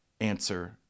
answer